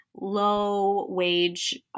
low-wage